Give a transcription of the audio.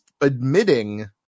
admitting